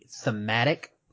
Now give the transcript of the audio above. thematic